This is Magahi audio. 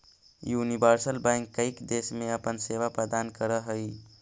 यूनिवर्सल बैंक कईक देश में अपन सेवा प्रदान करऽ हइ